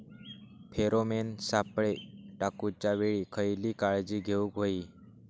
Pheromone सापळे टाकूच्या वेळी खयली काळजी घेवूक व्हयी?